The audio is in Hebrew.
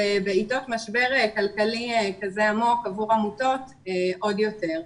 ובעתות משבר כלכלי כזזה עמוק עבור העמותות עוד יותר.